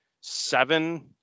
seven